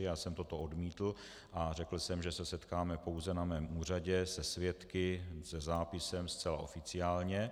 Já jsem to odmítl a řekl jsem, že se setkáme pouze na mém úřadě se svědky, se zápisem, zcela oficiálně.